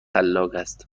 است